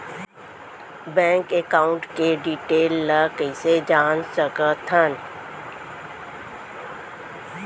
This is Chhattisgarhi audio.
बैंक एकाउंट के डिटेल ल कइसे जान सकथन?